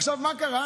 עכשיו, מה קרה?